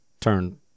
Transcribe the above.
turn